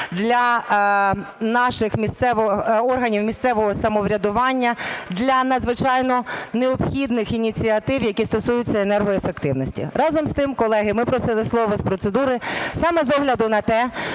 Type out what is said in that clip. для наших органів місцевого самоврядування, для надзвичайно необхідних ініціатив, які стосуються енергоефективності. Разом з тим, колеги, ми просили слово з процедури саме з огляду на те,